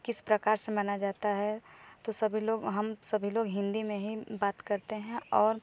किस प्रकार से माना जाता है तो सभी लोग हम सभी लोग हिंदी में ही बात करते हैं और